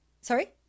Sorry